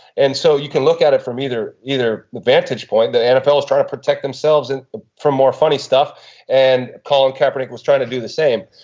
and so you can look at it from either either the vantage point the nfl is trying to protect themselves and from more funny stuff and colin kaepernick was trying to do the same.